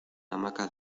hamaca